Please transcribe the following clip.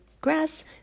grass